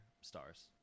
stars